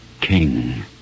king